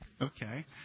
okay